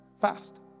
fast